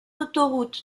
autoroute